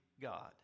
God